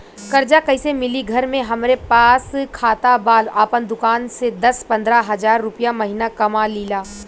कर्जा कैसे मिली घर में हमरे पास खाता बा आपन दुकानसे दस पंद्रह हज़ार रुपया महीना कमा लीला?